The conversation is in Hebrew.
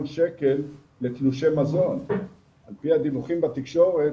שקל לתלושי מזון על פי הדיווחים בתקשורת,